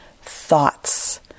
thoughts